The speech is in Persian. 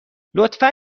لطفا